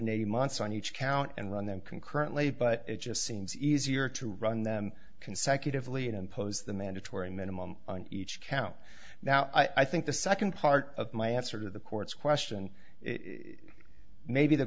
hundred eighty months on each count and run them concurrently but it just seems easier to run them consecutively and impose the mandatory minimum on each count now i think the second part of my answer to the court's question it may be the